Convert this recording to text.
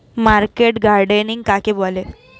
Market gardening কাকে বলে?